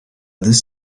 this